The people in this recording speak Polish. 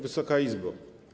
Wysoka Izbo!